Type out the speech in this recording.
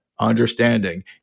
Understanding